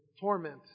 torment